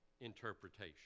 interpretation